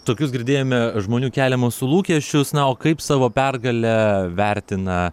tokius girdėjome žmonių keliamus lūkesčius na o kaip savo pergalę vertina